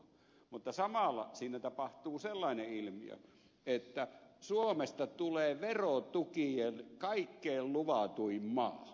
mutta samalla siinä tapahtuu sellainen ilmiö että suomesta tulee verotukien kaikkein luvatuin maa